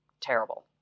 terrible